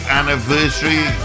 anniversary